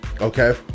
Okay